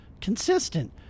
consistent